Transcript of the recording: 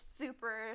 super